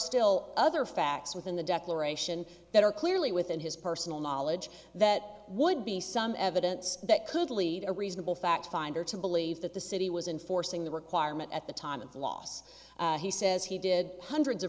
still other facts within the declaration that are clearly within his personal knowledge that would be some evidence that could lead a reasonable fact finder to believe that the city was enforcing the requirement at the time of the loss he says he did hundreds of